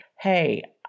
hey